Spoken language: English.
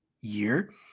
year